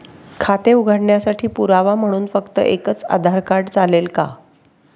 खाते उघडण्यासाठी पुरावा म्हणून फक्त एकच आधार कार्ड चालेल का?